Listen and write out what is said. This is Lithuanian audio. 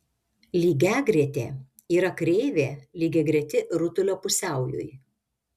lygiagretė yra kreivė lygiagreti rutulio pusiaujui